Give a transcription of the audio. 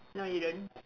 no you don't